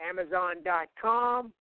Amazon.com